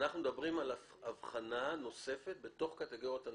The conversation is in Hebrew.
אנחנו מדברים על הבחנה נוספת בתוך קטגוריית הנכים.